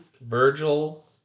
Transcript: Virgil